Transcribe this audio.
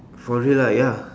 for real lah ya